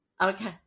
okay